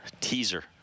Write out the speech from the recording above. teaser